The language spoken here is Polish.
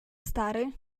stary